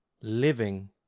living